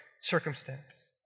circumstance